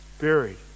buried